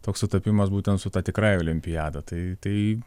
toks sutapimas būtent su ta tikrąja olimpiada tai tai